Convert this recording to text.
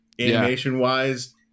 animation-wise